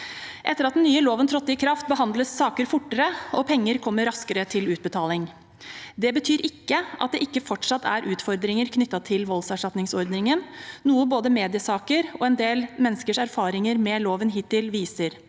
Etter at den nye loven trådte i kraft, behandles saker fortere, og penger kommer raskere til utbetaling. Det betyr ikke at det ikke fortsatt er utfordringer knyttet til voldserstatningsordningen, noe både mediesaker og en del menneskers erfaringer med loven hittil viser.